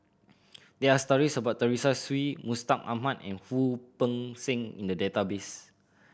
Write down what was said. there are stories about Teresa Hsu Mustaq Ahmad and Wu Peng Seng in the database